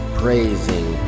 praising